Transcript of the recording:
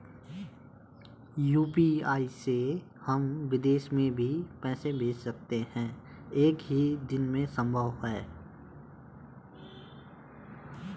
UPI से हम विदेश में भी पैसे भेज सकते हैं एक ही दिन में संभव है?